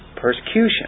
Persecution